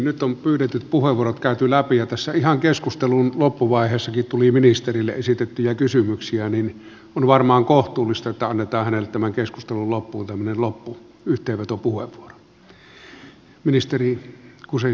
nyt on pyydetyt puheenvuorot käyty läpi ja tässä ihan keskustelun loppuvaiheessakin tuli ministerille kysymyksiä niin että on varmaan kohtuullista että annetaan hänelle tämän keskustelun loppuun tämmöinen loppuyhteenvetopuheenvuoro